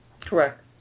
Correct